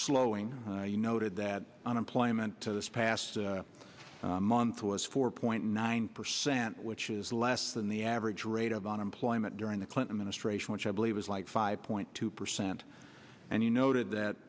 slowing you noted that unemployment this past month was four point nine percent which is less than the average rate of unemployment during the clinton ministration which i believe is like five point two percent and you noted that